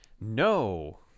No